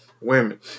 Women